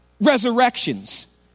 resurrections